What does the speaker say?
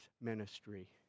ministry